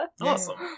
awesome